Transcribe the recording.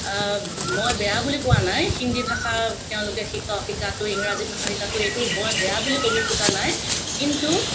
মই বেয়া বুলি কোৱা নাই হিন্দী ভাষা তেওঁলোকে শিকক শিকাতো ইংৰাজী ভাষা শিকাতো সেইটো মই বেয়া বুলি ক'ব খোজা নাই কিন্তু